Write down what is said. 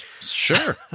Sure